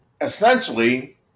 essentially